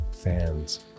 Fans